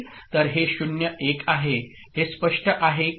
तर हे 0 1 आहे हे स्पष्ट आहे की नाही